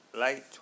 late